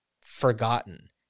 forgotten